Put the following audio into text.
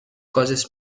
causes